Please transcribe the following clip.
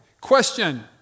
Question